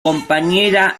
compañera